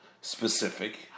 specific